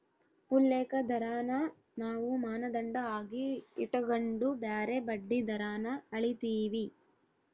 ಉಲ್ಲೇಖ ದರಾನ ನಾವು ಮಾನದಂಡ ಆಗಿ ಇಟಗಂಡು ಬ್ಯಾರೆ ಬಡ್ಡಿ ದರಾನ ಅಳೀತೀವಿ